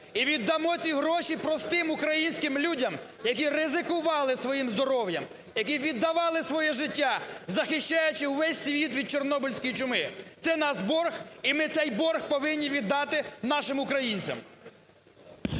і віддамо ці гроші простим українським людям, які ризикували своїм здоров'ям, які віддавали своє життя, захищаючи увесь світ від чорнобильської чуми. Це наш борг, і ми цей борг повинні віддати нашим українцям.